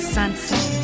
sunset